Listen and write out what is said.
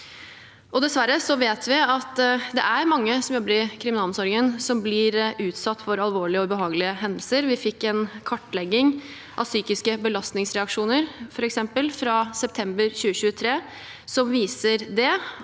Dessverre vet vi at det er mange som jobber i kriminalomsorgen som blir utsatt for alvorlige og ubehagelige hendelser. Vi fikk f.eks. en kartlegging av psykiske belastningsreaksjoner fra september 2023 som viser det,